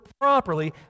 properly